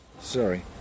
Sorry